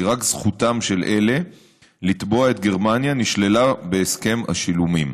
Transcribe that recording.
כי רק זכותם של אלה לתבוע את גרמניה נשללה בהסכם השילומים.